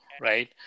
right